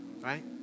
right